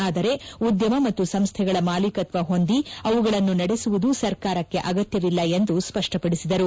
ಆದರೆ ಉದ್ಯಮ ಮತ್ತು ಸಂಸ್ತೆಗಳ ಮಾಲೀಕತ್ವ ಹೊಂದಿ ಅವುಗಳನ್ನು ನಡೆಸುವುದು ಸರ್ಕಾರಕ್ಕೆ ಅಗತ್ಯವಿಲ್ಲ ಎಂದು ಸ್ಪಷ್ವಪದಿಸಿದರು